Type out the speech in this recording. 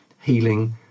healing